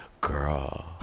Girl